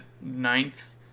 ninth